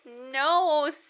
No